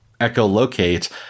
echolocate